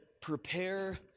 prepare